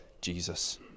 Jesus